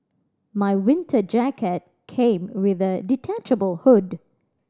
my winter jacket came with a detachable hood